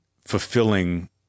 fulfilling